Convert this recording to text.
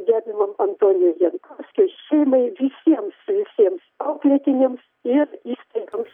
gerbiamo antonijaus jankauskio šeimai visiems visiems auklėtiniams ir įstaigoms